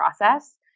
process